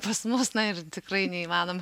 pas mus na ir tikrai neįmanoma